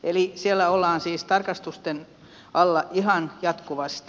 eli siellä ollaan siis tarkastusten alla ihan jatkuvasti